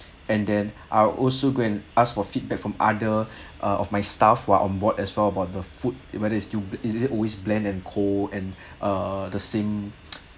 and then I'll also go and ask for feedback from other uh of my staff while on board as well about the food whether is still is it always bland and cold and err the same